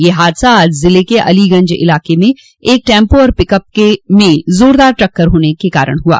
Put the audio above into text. यह हादसा आज ज़िले के अलीगंज इलाक में एक टैम्पो और पिकअप में जोरदार टक्कर होने के कारण हुआ